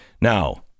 Now